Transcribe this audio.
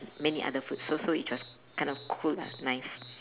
many other foods so so it was kind of cool nice